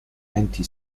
anti